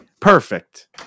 Perfect